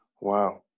Wow